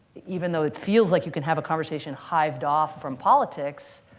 even though it feels like you can have a conversation hived off from politics,